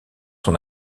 son